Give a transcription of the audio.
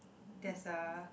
there's a